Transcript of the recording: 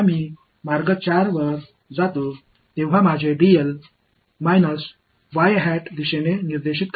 நான் 4 வது பாதையில் செல்லும்போது என் dl திசையை சுட்டிக்காட்டுகிறது